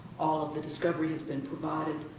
all of the discovery has been provided,